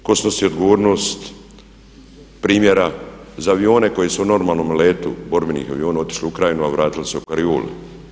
Tko snosi odgovornost primjera za avione koji su u normalnom letu, borbenih aviona otišli u Ukrajinu a vratili se u karioli?